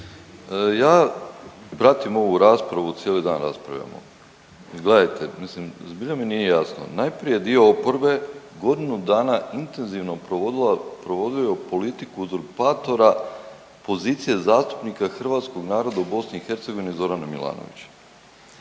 Ja pratim ovu raspravu, cijeli dan raspravljamo. Gledajte, mislim, zbilja mi nije jasno. Najprije dio oporbe godinu dana intenzivno provodila .../nerazumljivo/... politiku uzurpatora pozicije zastupnika hrvatskog naroda u BiH Zorana Milanovića.